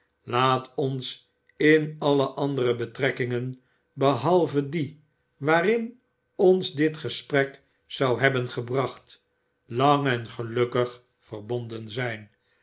laat ons in alle andere betrekkingen behalve die waarin ons dit gesprek zou hebben gebracht lang en gelukkig verbonden zijn